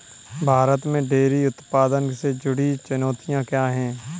भारत में डेयरी उत्पादन से जुड़ी चुनौतियां क्या हैं?